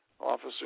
officer